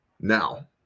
Now